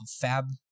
FAB